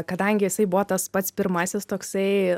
kadangi jisai buvo tas pats pirmasis toksai